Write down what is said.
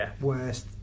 worst